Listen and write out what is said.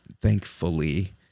thankfully